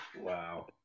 Wow